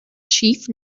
schiff